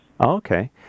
okay